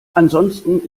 ansonsten